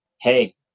hey